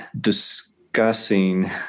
discussing